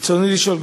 ברצוני לשאול,